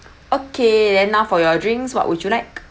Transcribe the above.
okay then now for your drinks what would you like